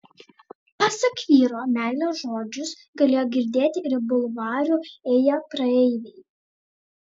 pasak vyro meilės žodžius galėjo girdėti ir bulvaru ėję praeiviai